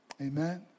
Amen